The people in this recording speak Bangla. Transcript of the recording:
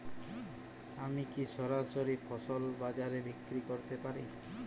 আমি কি সরাসরি ফসল বাজারে বিক্রি করতে পারি?